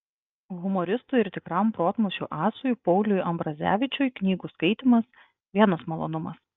humoristui ir tikram protmūšių asui pauliui ambrazevičiui knygų skaitymas vienas malonumas